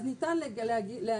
אז ניתן להנגיש,